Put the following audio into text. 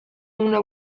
una